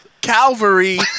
Calvary